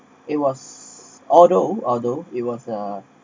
it was although although it was a